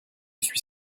suis